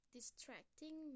Distracting